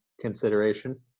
consideration